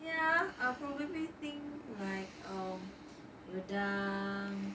ya I'll probably think like um rendang